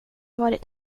varit